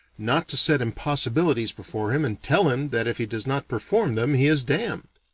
not to set impossibilities before him and tell him that if he does not perform them he is damned.